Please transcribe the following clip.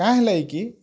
କାଁ ହେଲାଇକି